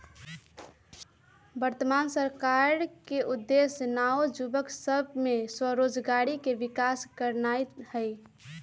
वर्तमान सरकार के उद्देश्य नओ जुबक सभ में स्वरोजगारी के विकास करनाई हई